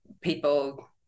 People